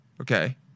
Okay